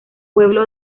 pueblo